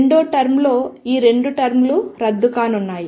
రెండో టర్మ్లో ఈ రెండు టర్మ్లు రద్దు కానున్నాయి